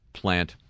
plant